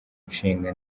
nshinga